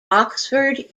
oxford